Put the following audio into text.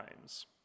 times